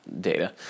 data